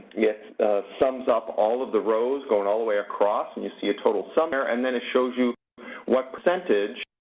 sums up all of the rows going all the way across, and you see a total sum there, and then it shows you what percentage